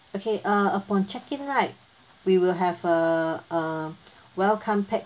okay uh upon check in right we will have a uh welcome pack